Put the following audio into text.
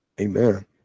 Amen